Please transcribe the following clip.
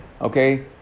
okay